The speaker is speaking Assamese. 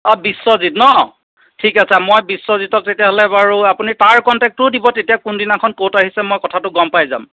অঁ বিশ্বজিত ন ঠিক আছে মই বিশ্বজিতক তেতিয়াহ'লে বাৰু আপুনি তাৰ কণ্টেক্টটোও দিব তেতিয়া কোনদিনাখন ক'ত আহিছে মই কথাটো গম পাই যাম